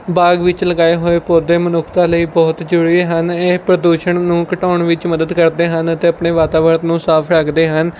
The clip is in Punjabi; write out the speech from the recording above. ਬਾਗ ਵਿੱਚ ਲਗਾਏ ਹੋਏ ਪੌਦੇ ਮਨੁੱਖਤਾ ਲਈ ਬਹੁਤ ਜ਼ਰੂਰੀ ਹਨ ਇਹ ਪ੍ਰਦੂਸ਼ਣ ਨੂੰ ਘਟਾਉਣ ਵਿੱਚ ਮਦਦ ਕਰਦੇ ਹਨ ਅਤੇ ਆਪਣੇ ਵਾਤਾਵਰਨ ਨੂੰ ਸਾਫ਼ ਰੱਖਦੇ ਹਨ